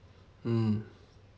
mm